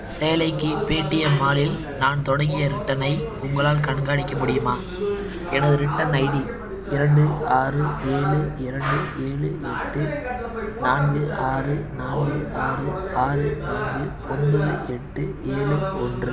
சேலைக்கு Paytm மாலில் நான் தொடங்கிய ரிட்டர்னை உங்களால் கண்காணிக்க முடியுமா எனது ரிட்டர்ன் ஐடி இரண்டு ஆறு ஏழு இரண்டு ஏழு எட்டு நான்கு ஆறு நான்கு ஆறு ஆறு நான்கு ஒன்பது எட்டு ஏழு ஒன்று